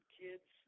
kids